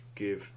Give